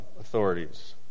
authorities